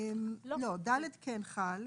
לא, (ד) כן חל.